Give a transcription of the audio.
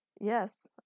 Yes